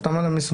חתם על המסמך